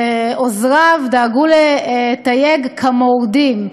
ועוזריו דאגו לתייג כמורדים.